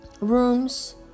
rooms